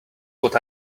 what